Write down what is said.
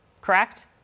correct